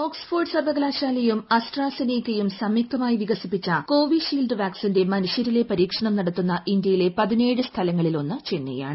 Oxford സർവകലാശാലയും അസ്ട്രാസെനെക്കയും സംയുക്തമായി വികസിപ്പിച്ച കോവിഷീൽഡ് വാക്സിന്റെ മനുഷ്യരിലെ പരീക്ഷണം നടത്തുന്ന ഇന്ത്യയിലെ പതിനേഴ് സ്ഥലങ്ങളിൽ ഒന്ന് ചെന്നൈയാണ്